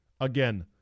Again